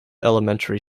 elementary